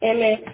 Amen